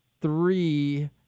three